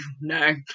no